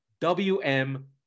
WM